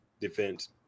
Defense